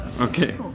okay